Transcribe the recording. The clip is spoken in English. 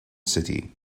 city